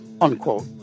Unquote